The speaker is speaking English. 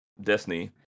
Destiny